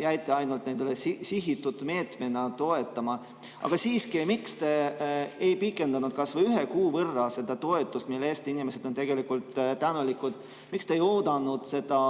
ja jäite ainult sihitud meetmena toetama. Aga siiski, miks te ei pikendanud kas või ühe kuu võrra seda toetust, mille eest inimesed on tegelikult tänulikud. Miks te ei oodanud seda